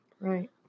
Right